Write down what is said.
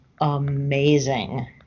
amazing